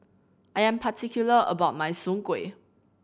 I am particular about my Soon Kuih